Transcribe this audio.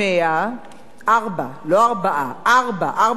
"ארבע", לא "ארבעה", ארבע, ארבע ספרים, כן?